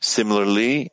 Similarly